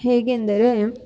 ಹೇಗೆಂದರೆ